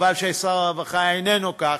וחבל ששר הרווחה איננו כאן,